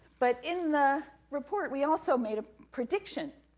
but in the report, we also made a prediction.